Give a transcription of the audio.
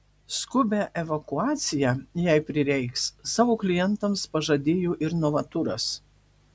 skubią evakuaciją jei prireiks savo klientams pažadėjo ir novaturas